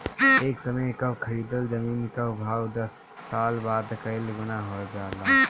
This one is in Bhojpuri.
ए समय कअ खरीदल जमीन कअ भाव दस साल बाद कई गुना हो जाई